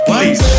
Please